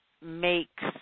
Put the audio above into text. makes